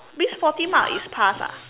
means forty mark is pass ah